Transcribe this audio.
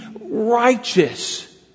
righteous